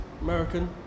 American